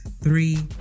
Three